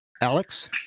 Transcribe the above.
Alex